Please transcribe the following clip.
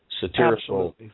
satirical